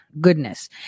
goodness